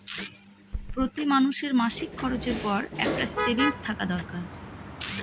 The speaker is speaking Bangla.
প্রতি মানুষের মাসিক খরচের পর একটা সেভিংস থাকা দরকার